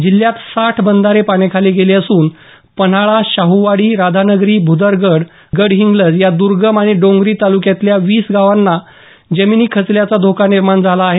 जिल्ह्यात साठ बंधारे पाण्याखाली गेले असून पन्हाळा शाहूवाडी राधानगरी भुदरगड गडहिंग्लज या दुर्गम आणि डोंगरी तालुक्यातल्या वीस गावांना जमीन खचण्याचा धोका निर्माण झाला आहे